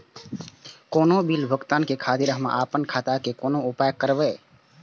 कोनो बील भुगतान के खातिर हम आपन खाता के कोना उपयोग करबै?